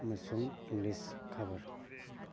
ꯑꯃꯁꯨꯡ ꯏꯪꯂꯤꯁ ꯈꯕꯔ